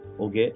okay